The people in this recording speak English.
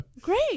great